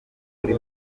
kuri